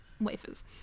wafers